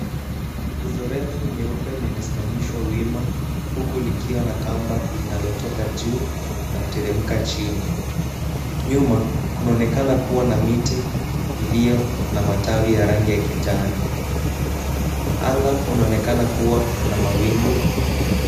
Nguzo refu nyeupe limesimamishwa wima, huku likiwa na kamba linalotoka juu na kuteremka chini. Nyuma kunaonekana kuwa na miti iliyo na matawi ya rangi ya kijani. Anga unaonekana kuwa na mawingu.